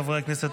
חברי הכנסת,